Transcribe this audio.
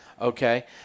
Okay